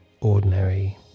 ordinary